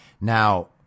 Now